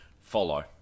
follow